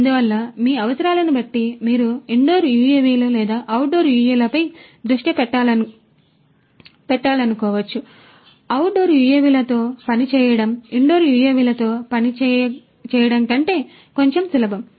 అందువల్ల మీ అవసరాలను బట్టి మీరు ఇండోర్ యుఎవిలు లేదా అవుట్డోర్ యుఎవిలపై దృష్టి పెట్టాలనుకోవచ్చు అవుట్డోర్ యుఎవిలతో పనిచేయడం ఇండోర్ యుఎవిలతో పనిచేయడం కంటే కొంచెం సులభం